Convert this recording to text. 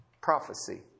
Prophecy